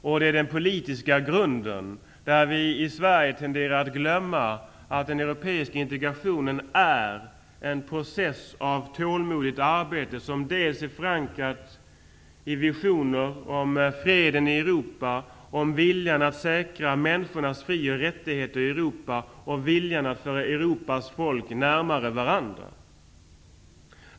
Det gäller den politiska grunden, där vi i Sverige tenderar att glömma att den europeiska integrationen är en process av tålmodigt arbete som är förankrad i visioner om freden i Europa, viljan av att säkra människors frioch rättigheter i Europa och viljan att föra Europas folk närmare varandra.